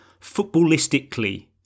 footballistically